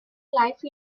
life